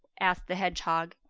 asked the hedgehog.